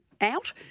out